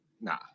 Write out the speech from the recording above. Nah